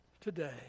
today